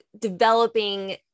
developing